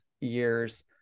years